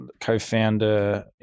co-founder